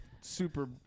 super